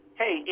hey